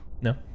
no